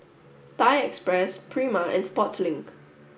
Thai Express Prima and Sportslink